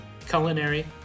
culinary